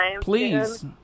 Please